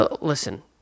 Listen